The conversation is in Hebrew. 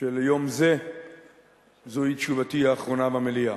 שליום זה זוהי תשובתי האחרונה במליאה.